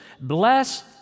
Bless